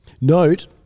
Note